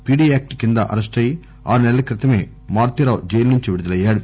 PD act కింద అరెస్టయి ఆరుసెలల క్రితమే మారుతీరావు జైలు నుంచి విడుదలయ్యాడు